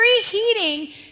Preheating